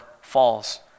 falls